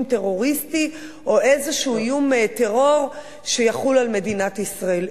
טרוריסטי או איזשהו איום טרור שיחול על מדינת ישראל.